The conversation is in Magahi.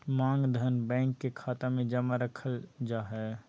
मांग धन, बैंक के खाता मे जमा रखल जा हय